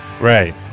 Right